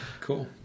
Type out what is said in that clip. cool